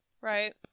right